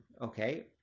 Okay